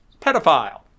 Pedophile